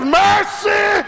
mercy